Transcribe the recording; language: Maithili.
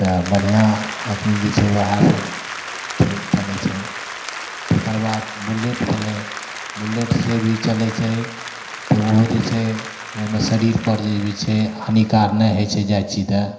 तऽ बढ़िआँ एखन जे छै वएहसब ठीक चलै छै तकर बाद बुलेट भेलै बुलेटसे भी चलै छै ओहो जे छै ओहिमे शरीरपर जे भी छै हानिकारक नहि होइ छै जाइ छै तऽ